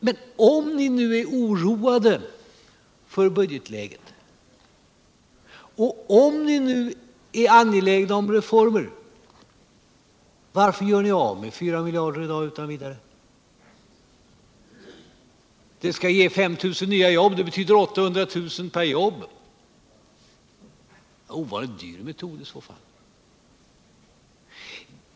Men om ni nu är oroade för budgetläget och om ni nu är angelägna om reformer, varför gör ni av med 4 miljarder i dag utan vidare? Det skall ge 5 000 nya jobb. Det betyder 800 000 per jobb, och det är en ovanligt dyr metod i så fall.